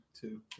two